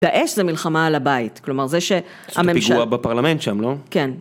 דאעש זה מלחמה על הבית, כלומר זה שהממשל... פיגוע בפרלמנט שם, לא? כן.